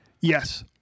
Yes